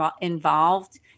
involved